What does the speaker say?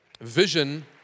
Vision